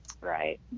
Right